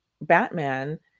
Batman